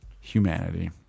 humanity